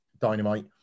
Dynamite